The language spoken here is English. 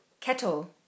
Kettle